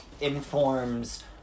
informs